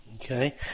Okay